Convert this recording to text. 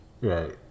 Right